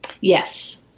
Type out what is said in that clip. Yes